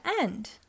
end